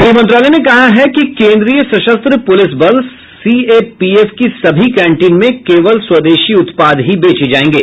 गृह मंत्रालय ने कहा है कि केन्द्रीय सशस्त्र पुलिस बल सीएपीएफ की सभी कैंटीन में केवल स्वदेशी उत्पाद ही बेचे जाएंगे